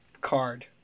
card